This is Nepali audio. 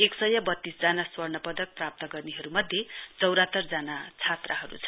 एकसय वत्तीसजना स्वर्ण पदक प्राप्त गर्नेहरू मध्ये चौरात्तरजना छात्राहरू छन्